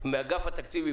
מאגף תקציבים,